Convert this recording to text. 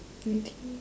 anything